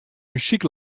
muzyk